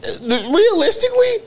realistically